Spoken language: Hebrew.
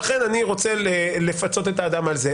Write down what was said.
ולכן אני רוצה לפצות את האדם על כך.